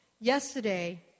Yesterday